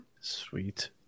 sweet